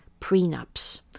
prenups